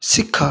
ଶିଖ